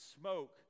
smoke